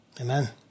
Amen